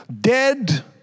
dead